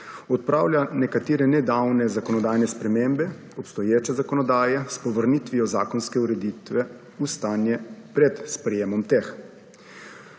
odpravlja nekatere nedavne zakonodajne spremembe obstoječe zakonodaje s povrnitvijo zakonske ureditve v stanje pred sprejemom teh.